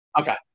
Okay